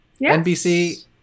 NBC